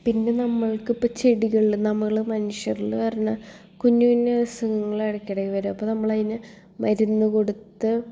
പിന്നെ നമ്മൾക്കിപ്പോൾ ചെടികളിൽ നമ്മൾ മനുഷ്യരിൽ വരണ കുഞ്ഞ് കുഞ്ഞ് അസുഖങ്ങളിടയ്ക്കിടെ വരും അപ്പോൾ നമ്മളതിനെ മരുന്ന് കൊടുത്ത്